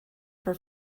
for